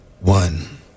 One